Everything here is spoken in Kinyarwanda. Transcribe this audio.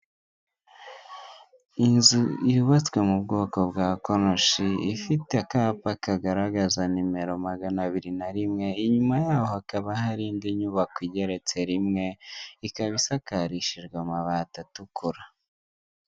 Inzu yubatswe mu bwoko bwa konoshi, ifite akapa kigaragaza nimero magana abiri na rimwe. Inyuma yaho hakaba hari indi nyubako igeretse rimwe, ikaba isakarishije amabati atukura.